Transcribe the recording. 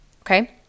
Okay